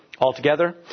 Altogether